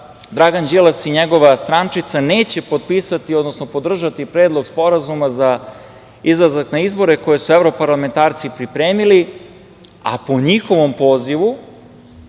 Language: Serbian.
Dragan Đilas i njegova strančica neće potpisati, odnosno podržati Predlog sporazuma za izlazak na izbore koje su evroparlamentarci pripremili, a po njihovom pozivu